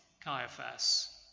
Caiaphas